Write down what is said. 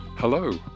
Hello